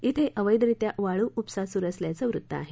श्वे अवैधरित्या वाळू उपसा सुरू असल्याचं वृत्त आहे